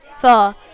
four